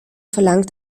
verlangt